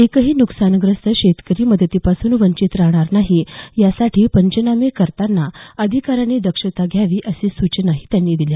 एकही नुकसानग्रस्त शेतकरी मदतीपासून वंचित राहणार नाही यासाठी पंचनामे करताना अधिकाऱ्यांनी दक्षता घ्यावी अशा सूचना त्यांनी दिल्या